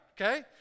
Okay